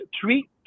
three